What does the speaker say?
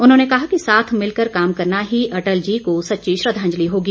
उन्होंने कहा साथ मिलकर काम करना ही अटल जी को सच्ची श्रद्वांजलि होगी